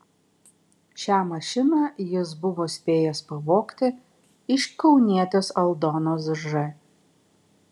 šią mašiną jis buvo spėjęs pavogti iš kaunietės aldonos ž